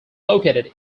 located